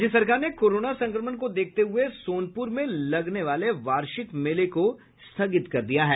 राज्य सरकार ने कोरोना संक्रमण को देखते हुए सोनपुर में लगने वाले मेले को स्थगित कर दिया है